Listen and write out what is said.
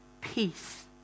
peace